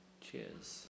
cheers